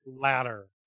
Ladder